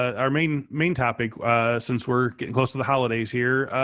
our main main topic since we're getting close to the holidays here,